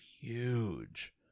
huge